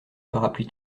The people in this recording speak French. parapluies